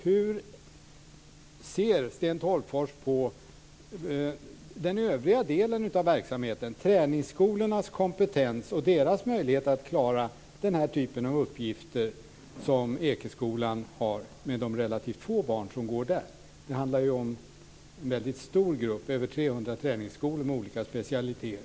Hur ser Sten Tolgfors på den övriga delen av verksamheten, träningskolornas kompetens och deras möjligheter att klara den typ av uppgifter som Ekeskolan har med de relativt få barn som går där? Det handlar ju om en väldigt stor grupp, över 300 träningskolor med olika specialiteter.